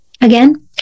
again